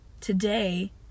Today